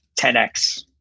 10x